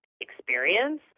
experience